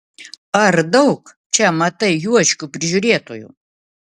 ar daug čia matai juočkių prižiūrėtojų